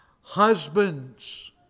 Husbands